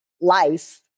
life